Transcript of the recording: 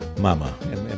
Mama